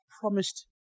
promised